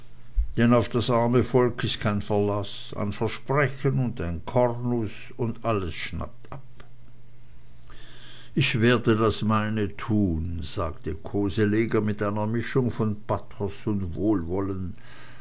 denn auf das arme volk ist kein verlaß ein versprechen und ein kornus und alles schnappt ab ich werde das meine tun sagte koseleger mit einer mischung von pathos und wohlwollen